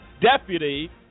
deputy